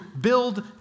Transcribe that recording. build